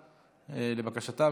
לבקשתה.